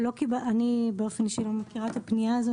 אני באופן אישי לא מכירה את הפנייה הזאת.